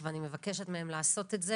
אני מבינה.